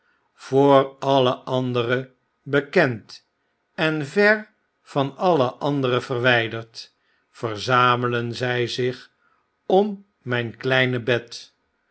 voor alle andere bekend en ver van alle andere verwyderd verzamelen zy zich om mijn kleine bed